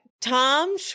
tom